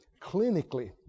clinically